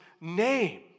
name